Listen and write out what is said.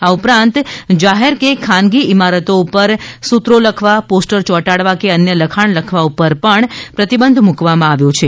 આ ઉપરાંત જાહેર કે ખાનગી ઈમારતો પર સૂત્રો લખવા પોસ્ટર ચોંટાડવા કે અન્ય લખાણ લખવા ઉપર પણ પ્રતિબંધ મૂકવામાં આવ્યો છે